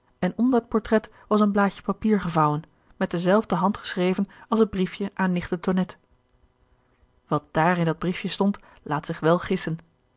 en om dat portret was een blaadje papier gevouwen met dezelfde hand geschreven als het briefje aan nicht de tonnette wat daar in dat briefje stond laat zich wel gissen